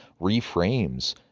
reframes